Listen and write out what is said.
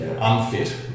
unfit